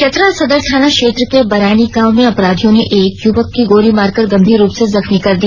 चतरा सदर थाना क्षेत्र के बरैनी गांव में अपराधियों ने एक युवक को गोली मारकर गंभीर रूप से जख्मी कर दिया